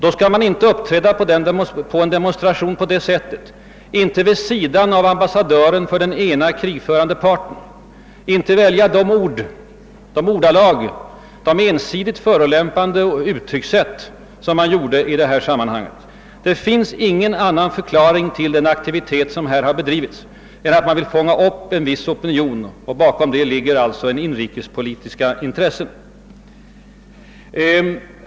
Då skall man inte vid en demonstration uppträda på detta sätt, inte vid sidan av en ambassadör för den ena av de krigförande parterna, och man skall inte använda de ensidigt förolämpande uttryckssätt som man har valt i detta sammanhang. Det finns ingen annan förklaring till den aktivitet som har bedrivits än att man . vill fånga upp en viss opinion. Bakom detta ligger alltså ett inrikespolitiskt intresse.